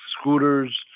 scooters